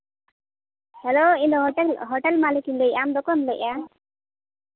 hello ᱤᱧᱫᱚ hotel ᱢᱟᱹᱞᱤᱠᱤᱧ ᱞᱟᱹᱭᱮᱫᱼᱟ ᱟᱢᱫᱚ ᱚᱠᱚᱭᱮᱢ ᱞᱟᱹᱭᱮᱫᱟ